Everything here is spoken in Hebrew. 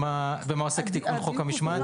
במה עוסק התיקון לחוק המשמעת,